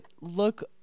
look